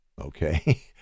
Okay